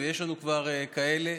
ויש לנו כבר כאלה,